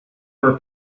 were